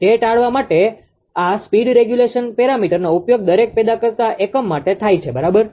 તે ટાળવા માટે આ સ્પીડ રેગ્યુલેશન પેરામીટરનો ઉપયોગ દરેક પેદા કરતા એકમ માટે થાય છે બરાબર